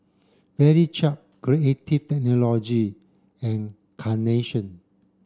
Valley Chef Creative Technology and Carnation